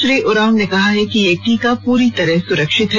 श्री उरांव ने कहा है कि यह टीका पूरी तरह सुरक्षित है